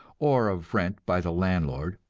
or of rent by the landlord,